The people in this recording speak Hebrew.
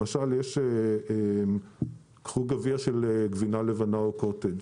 למשל קחו גביע של גבינה לבנה או קוטג',